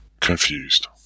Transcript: Confused